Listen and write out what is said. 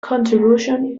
contribution